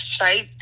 site